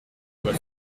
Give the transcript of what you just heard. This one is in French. voix